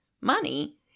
money